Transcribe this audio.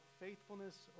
faithfulness